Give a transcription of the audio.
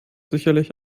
sicherlich